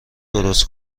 درست